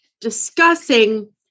discussing